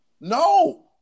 no